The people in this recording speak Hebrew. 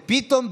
ופתאום,